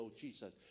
Jesus